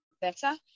better